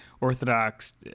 Orthodox